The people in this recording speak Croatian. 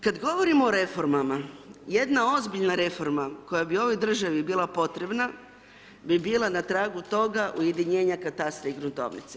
Kad govorimo o reformama, jedna ozbiljna reforma koja bi ovoj državi bila potrebna, bi bila na tragu toga ujedinjena katastra i gruntovnice.